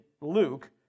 Luke